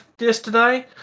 yesterday